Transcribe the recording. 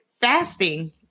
fasting